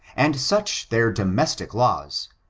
and such their domestic laws,